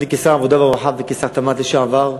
כשר העבודה והרווחה וכשר התמ"ת לשעבר,